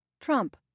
Trump